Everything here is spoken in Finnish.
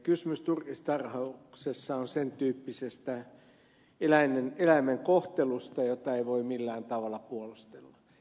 kysymys turkistarhauksessa on sen tyyppisestä eläimen kohtelusta jota ei voi millään tavalla puolustella